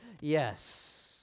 yes